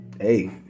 Hey